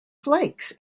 flakes